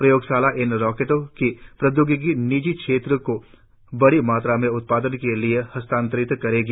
प्रयोगशाला इन रॉकेटों की प्राद्योगिकी निजी क्षेत्र को बड़ी मात्रा में उत्पादन के लिए हस्तांतरित करेगी